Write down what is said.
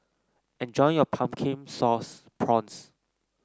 enjoy your Pumpkin Sauce Prawns